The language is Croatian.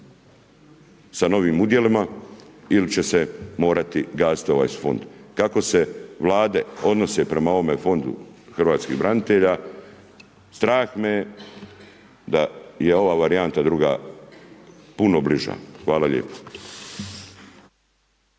sa novim udjelima ili će se morati gasiti ovaj fond? Kako se vlade odnose prema ovome fondu hrvatskih branitelja, strah me je da je ova varijanta druga puno bliža. Hvala lijepo.